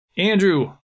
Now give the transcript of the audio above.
Andrew